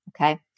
okay